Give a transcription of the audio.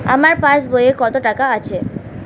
আমার পাস বইয়ে কত টাকা আছে?